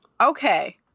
Okay